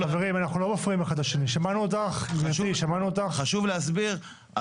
חשוב להסביר,